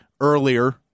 earlier